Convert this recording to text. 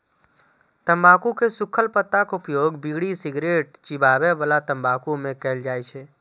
तंबाकू के सूखल पत्ताक उपयोग बीड़ी, सिगरेट, चिबाबै बला तंबाकू मे कैल जाइ छै